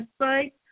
website